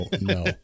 no